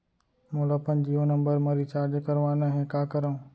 मोला अपन जियो नंबर म रिचार्ज करवाना हे, का करव?